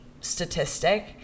statistic